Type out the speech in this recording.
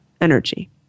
energy